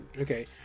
Okay